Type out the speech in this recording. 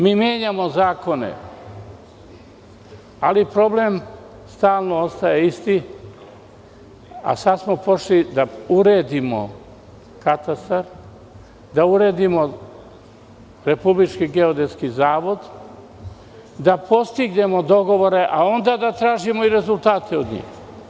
Mi menjamo zakone, ali problem stalno ostaje isti, a sada smo pošli da uredimo katastar, da uredimo Republički geodetski zavod, da postignemo dogovore a onda da tražimo i rezultate od njih.